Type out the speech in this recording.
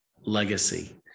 legacy